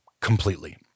completely